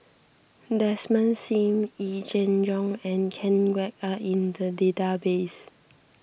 Desmond Sim Yee Jenn Jong and Ken Kwek are in the database